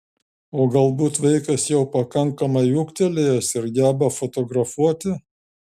o galbūt vaikas jau pakankamai ūgtelėjęs ir geba fotografuoti